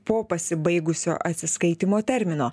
po pasibaigusio atsiskaitymo termino